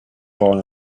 born